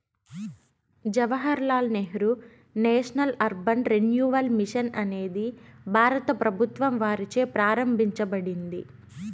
Jawahar Lal Nehru national urban renewal mission అనేది భారత ప్రభుత్వం వారిచే ప్రారంభించబడింది